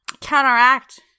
counteract